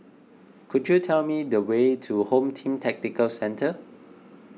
could you tell me the way to Home Team Tactical Centre